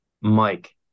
Mike